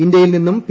ഇന്ത്യയിൽ നിന്നും പി